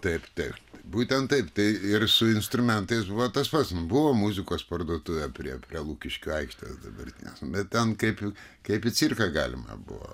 taip taip būtent taip tai ir su instrumentais buvo tas pats buvo muzikos parduotuvė prie prie lukiškių aikštės dabartinės bet ten kaip kaip į cirką galima buvo